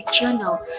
Journal